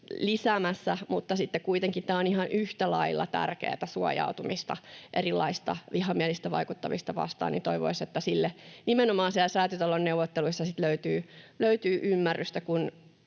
lisäämässä, mutta kuitenkin kun tämä on ihan yhtä lailla tärkeätä suojautumista erilaista vihamielistä vaikuttamista vastaan, niin toivoisi, että sille nimenomaan siellä Säätytalon neuvotteluissa löytyy ymmärrystä.